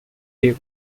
deco